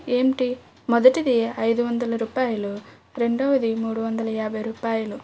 ఏమిటి మొదటిది ఐదు వందల రూపాయలు రెండొవది మూడు వందల యాభై రూపాయలు